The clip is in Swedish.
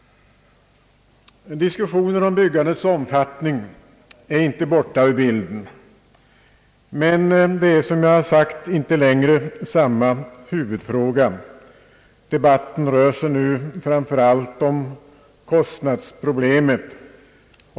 Diskussionen om byggandets omfattning är inte borta ur bilden, men det spörsmålet är inte längre samma huvudfråga. Debatten rör sig nu framför allt om kostnadsproblemet.